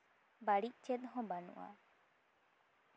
ᱵᱟᱹᱲᱤᱡ ᱪᱮᱫ ᱦᱚᱸ ᱵᱟᱹᱱᱩᱜᱼᱟ